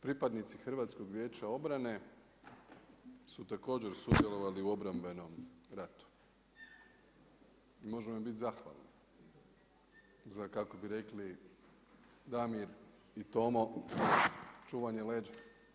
Pripadnici HVO-a su također sudjelovali u obrambenom ratu i možemo im bit zahvalni za kako bi rekli Damir i Tomo za čuvanje leđa.